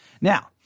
Now